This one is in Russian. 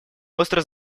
остро